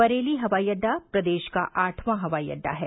बरेली हवाई अड्डा प्रदेश का आठवां हवाई अड्डा है